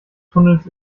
tunnels